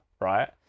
right